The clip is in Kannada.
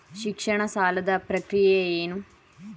ಶಿಕ್ಷಣ ಸಾಲದ ಪ್ರಕ್ರಿಯೆ ಏನು?